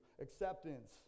Acceptance